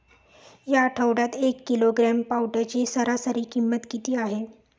या आठवड्यात एक किलोग्रॅम पावट्याची सरासरी किंमत किती आहे?